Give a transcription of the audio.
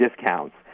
discounts